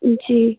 जी